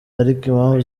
impamvu